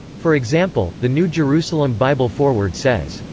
for example, the new jerusalem bible foreword says,